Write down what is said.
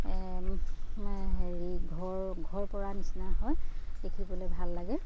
হেৰি ঘৰ ঘৰপৰা নিচিনা হয় দেখিবলৈ ভাল লাগে